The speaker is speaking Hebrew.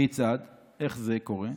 כיצד?" איך זה קורה?